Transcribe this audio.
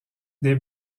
des